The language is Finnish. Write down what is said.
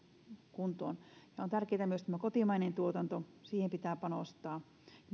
kuntoon tärkeätä on myös kotimainen tuotanto siihen pitää panostaa